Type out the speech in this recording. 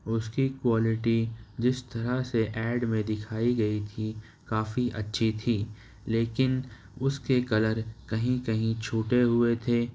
اُس کی کوالیٹی جس طرح سے ایڈ میں دکھائی گئی تھی کافی اچھی تھی لیکن اُس کے کلر کہیں کہیں چُھوٹے ہوئے تھے